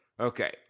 Okay